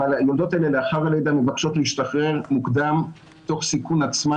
אבל היולדות האלה לאחר הלידה מבקשות להשתחרר מוקדם תוך סיכון עצמן